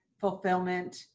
fulfillment